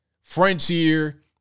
Frontier